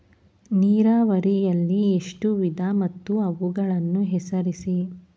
ನೀರಾವರಿಯಲ್ಲಿ ಎಷ್ಟು ವಿಧ ಮತ್ತು ಅವುಗಳನ್ನು ಹೆಸರಿಸಿ?